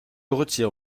retire